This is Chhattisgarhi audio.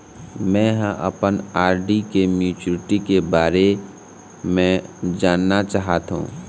में ह अपन आर.डी के मैच्युरिटी के बारे में जानना चाहथों